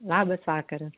labas vakaras